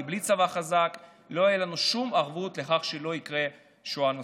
כי בלי צבא חזק לא תהיה לנו שום ערבות לכך שלא תקרה שואה נוספת.